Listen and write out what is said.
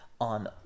on